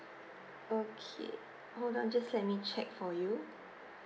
okay hold on just let me check for you